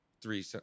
three